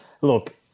look